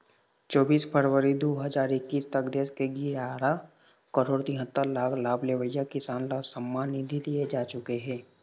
चोबीस फरवरी दू हजार एक्कीस तक देश के गियारा करोड़ तिहत्तर लाख लाभ लेवइया किसान ल सम्मान निधि दिए जा चुके हे